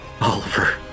Oliver